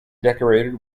decorated